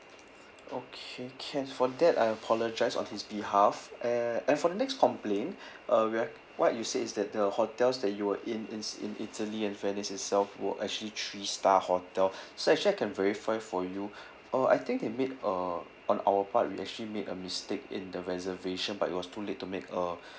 okay can for that I apologise on his behalf err and for the next complaint uh we act~ what you said is that the hotels that you were in in in italy and venice itself were actually three star hotel sir actually I can verify for you uh I think they made a on our part we actually made a mistake in the reservation but it was too late to make uh